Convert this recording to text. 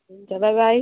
हुन्छ bye by